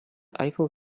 eiffel